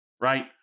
Right